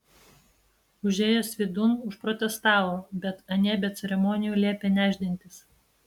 užėjęs vidun užprotestavo bet anie be ceremonijų liepė nešdintis